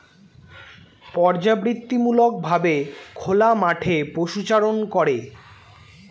পর্যাবৃত্তিমূলক ভাবে খোলা মাঠে পশুচারণ করে